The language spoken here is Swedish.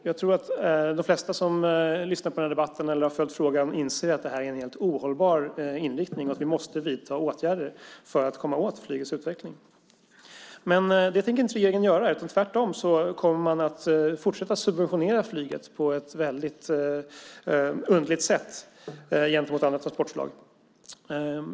Jag tror att de flesta som lyssnar på den här debatten eller har följt frågan inser att det är en helt ohållbar inriktning och att vi måste vidta åtgärder för att komma åt flygets utveckling. Det tänker inte regeringen göra, utan tvärtom kommer man att fortsätta att subventionera flyget på ett väldigt underligt sätt gentemot andra transportslag.